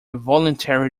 voluntary